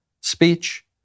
speech